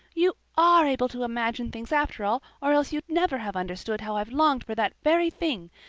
you are able to imagine things after all or else you'd never have understood how i've longed for that very thing.